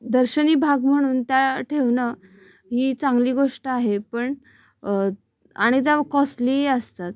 दर्शनी भाग म्हणून त्या ठेवणं ही चांगली गोष्ट आहे पण आणि त्या कॉस्टलीही असतात